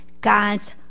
God's